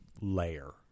layer